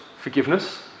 forgiveness